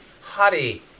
Hari